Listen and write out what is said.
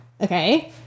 Okay